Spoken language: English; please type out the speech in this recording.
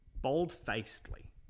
bold-facedly